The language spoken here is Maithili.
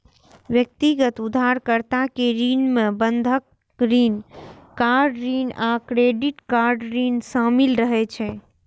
व्यक्तिगत उधारकर्ता के ऋण मे बंधक ऋण, कार ऋण आ क्रेडिट कार्ड ऋण शामिल रहै छै